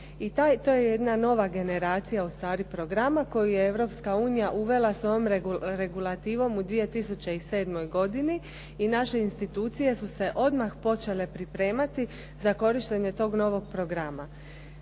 i to je jedna nova generacija ustvari programa koju je Europska unija uvela svojom regulativom u 2007. godini i naše institucije su se odmah počele pripremati za korištenje tog novog programa.